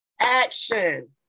action